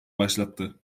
başlattı